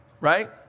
right